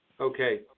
Okay